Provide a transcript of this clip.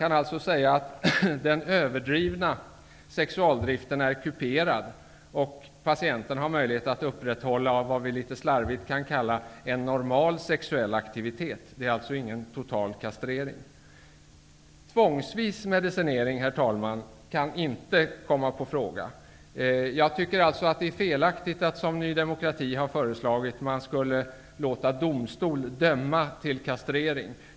Man kan säga att den överdrivna sexualdriften är kuperad och att patienten har möjlighet att upprätthålla vad vi litet slarvigt kan kalla en normal sexuell aktivitet. Det är alltså inte någon total kastrering. Tvångsvis medicinering kan, herr talman, inte komma i fråga. Jag tycker alltså att det är felaktigt att, som Ny demokrati har föreslagit, låta domstol döma till kastrering.